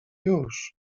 już